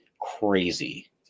crazy